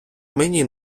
мені